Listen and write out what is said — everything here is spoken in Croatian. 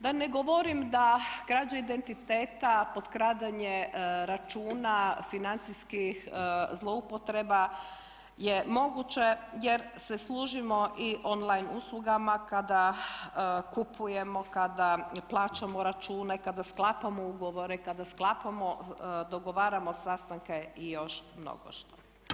Da ne govorim da krađa identiteta, potkradanje računa, financijskih zlouporaba je moguće jer se služimo i online uslugama kada kupujemo, kada plaćamo račune, kada sklapamo ugovore, kada sklapamo i dogovaramo sastanke i još mnogošto.